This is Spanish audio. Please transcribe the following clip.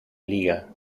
liga